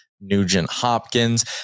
Nugent-Hopkins